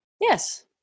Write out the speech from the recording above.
Yes